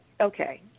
okay